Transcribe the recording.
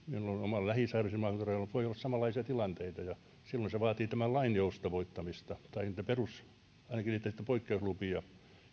säilyy siinä maakuntarajalla voi olla samanlaisia tilanteita ja silloin se vaatii tämän lain joustavoittamista tai ainakin niitä poikkeuslupia ja